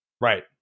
Right